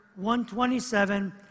127